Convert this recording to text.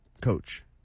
coach